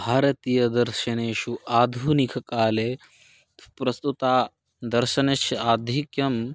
भारतीयदर्शनेषु आधुनिककाले प्रस्तुतदर्शनस्य आधिक्यं